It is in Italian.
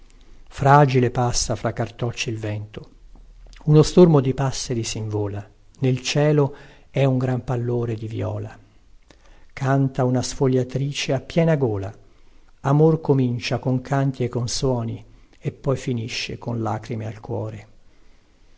fragile passa fra cartocci il vento uno stormo di passeri sinvola nel cielo è un gran pallore di viola canta una sfogliatrice a piena gola amor comincia con canti e con suoni e poi finisce con lacrime al cuore